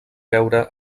veure